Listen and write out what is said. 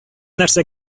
нәрсә